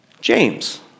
James